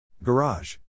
Garage